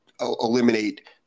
eliminate